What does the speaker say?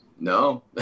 No